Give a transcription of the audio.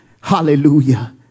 Hallelujah